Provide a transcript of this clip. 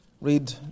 read